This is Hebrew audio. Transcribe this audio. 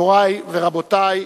מורי ורבותי,